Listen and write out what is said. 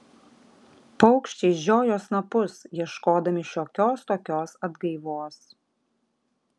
paukščiai žiojo snapus ieškodami šiokios tokios atgaivos